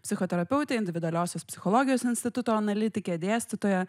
psichoterapeutė individualiosios psichologijos instituto analitikė dėstytoja